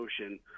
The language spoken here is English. Ocean